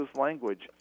language